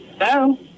Hello